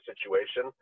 situation